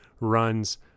runs